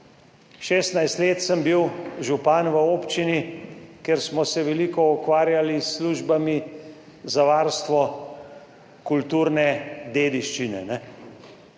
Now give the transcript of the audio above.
16 let sem bil župan v občini, kjer smo se veliko ukvarjali s službami za varstvo kulturne dediščine,